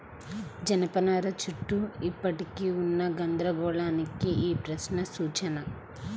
జనపనార చుట్టూ ఇప్పటికీ ఉన్న గందరగోళానికి ఈ ప్రశ్న సూచన